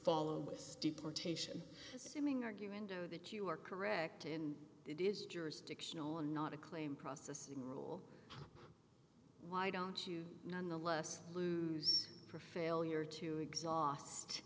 follow with deportation assuming argument over that you are correct and it is jurisdictional and not a claim processing rule why don't you nonetheless lose for failure to exhaust